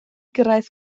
gyrraedd